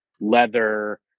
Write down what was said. leather